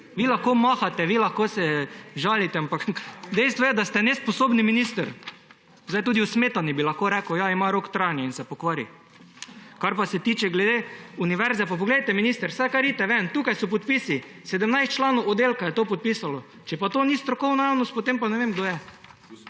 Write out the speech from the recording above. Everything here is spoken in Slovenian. Vi lahko mahate, vi se lahko žalite, ampak dejstvo je, da ste nesposobni minister. Tudi smetana, bi lahko rekel, ima rok trajanja in se pokvari. Kar pa se tiče univerze, minister, kar pojdite ven. Tukaj so podpisi, 17 članov oddelka je to podpisalo. Če pa to ni strokovna javnost, potem pa ne vem, kdo je.